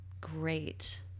great